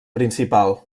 principal